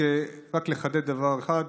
רק לחדד דבר אחד,